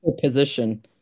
position